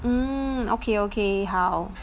mm okay okay 好